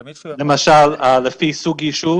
למשל, לפי סוג יישוב